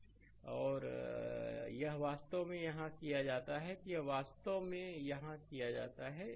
slide समय देखें 3044 और यह वास्तव में यहाँ किया जाता है यह वास्तव में यहाँ किया जाता है